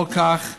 לפיכך,